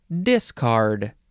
discard